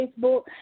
Facebook